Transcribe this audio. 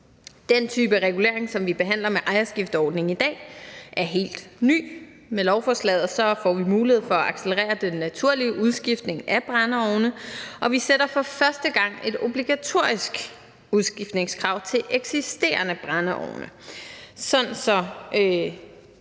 Den type regulering, som vi behandler med ejerskifteordningen i dag, er helt ny. Med lovforslaget får vi mulighed for at accelerere den naturlige udskiftning af brændeovne, og vi sætter for første gang et obligatorisk udskiftningskrav til eksisterende brændeovne,